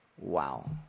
Wow